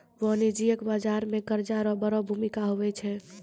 वाणिज्यिक बाजार मे कर्जा रो बड़ो भूमिका हुवै छै